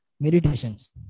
meditations